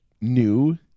new